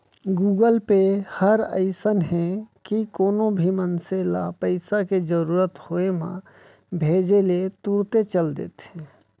Google Pay हर अइसन हे कि कोनो भी मनसे ल पइसा के जरूरत होय म भेजे ले तुरते चल देथे